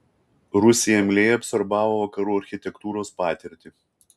rusija imliai absorbavo vakarų architektūros patirtį